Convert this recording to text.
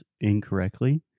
incorrectly